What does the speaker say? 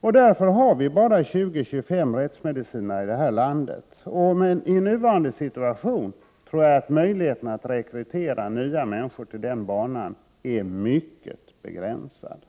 Därför finns det bara 20-25 rättsmedicinare i det här landet. Jag tror att under nuvarande förhållanden är möjligheten att rekrytera ny personal till den banan mycket begränsad.